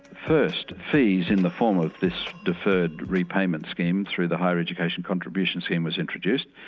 first, fees in the form of this deferred repayment scheme through the higher education contribution scheme was introduced.